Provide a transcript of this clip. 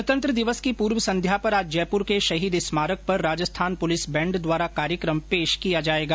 गणतन्त्र दिवस की पूर्व संध्या पर आज जयपूर के शहीद स्मारक पर राजस्थान पुलिस बैंड द्वारा कार्यक्रम पेश किया जायेगा